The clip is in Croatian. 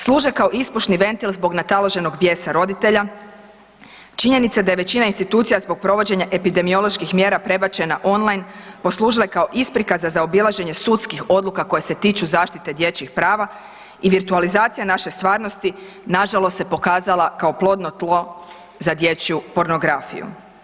Služe kao ispušni ventil zbog nataloženog bijesa roditelja, činjenica da je većina institucija zbog provođenja epidemioloških mjera prebačena online, poslužile kao isprika za zaobilaženje sudskih odluka koje se tiču zaštite dječjih prava i virtualizacija naše stvarnosti, nažalost se pokazala kao plodno tlo za dječju pornografiju.